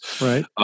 right